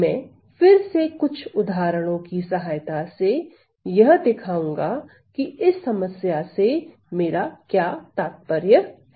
मैं फिर से कुछ उदाहरणों की सहायता से यह दिखाऊंगा कि इस समस्या से मेरा क्या तात्पर्य है